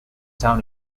town